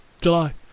July